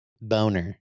Boner